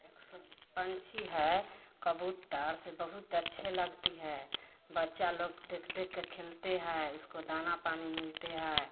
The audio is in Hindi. एक सो पंछी है कबूतर से बहुत अच्छे लगती है बच्चा लोग देख देख के खेलते हैं उसको दाना पानी मिलते है